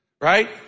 Right